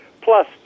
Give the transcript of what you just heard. plus